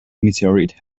meteorite